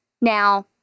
Now